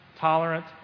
tolerant